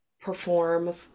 perform